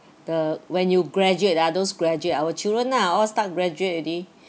the when you graduate ah those graduate our children ah all start graduate already